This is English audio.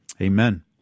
Amen